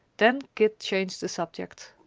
then kit changed the subject.